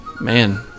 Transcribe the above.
man